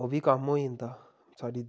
ओह् बी कम्म होई जंदा साढ़ी